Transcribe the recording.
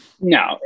No